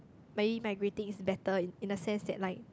may my grading is better in the sense said like